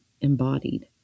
embodied